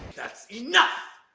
that's enough.